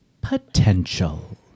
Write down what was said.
potential